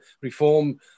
reform